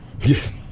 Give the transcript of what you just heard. Yes